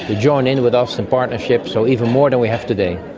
ah joining with us in partnership, so even more than we have today.